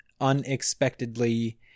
unexpectedly